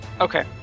Okay